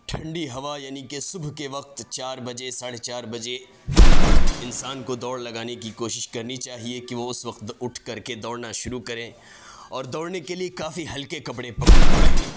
ٹھنڈی ہوا یعنی کہ صبح کے وقت چار بجے ساڑھے چار بجے انسان کو دوڑ لگانے کی کوشش کرنی چاہیے کہ وہ اس وقت اٹھ کر کے دوڑنا شروع کریں اور دوڑنے کے لیے کافی ہلکے کپڑے پہنے